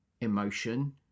emotion